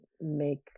make